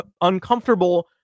uncomfortable